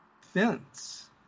fence